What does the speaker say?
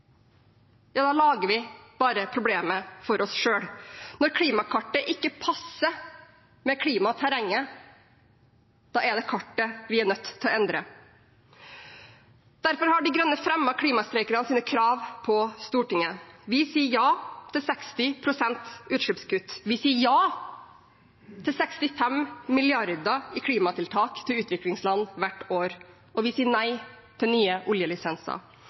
ja, da lager vi bare problemer for oss selv. Når klimakartet ikke passer med klimaterrenget, er det kartet vi er nødt til å endre. Derfor har Miljøpartiet De Grønne fremmet klimastreikernes krav på Stortinget. Vi sier ja til 60 pst. utslippskutt. Vi sier ja til 65 mrd. kr i klimatiltak til utviklingsland hvert år, og vi sier nei til nye oljelisenser.